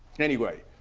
anyway,